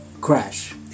Crash